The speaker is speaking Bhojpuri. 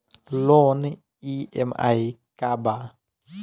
लोन ई.एम.आई का बा?